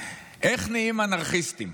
איך נהיים אנרכיסטים?